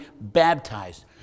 baptized